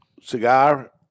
cigar